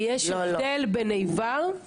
כי יש הבדל בין איבר --- לא, לא.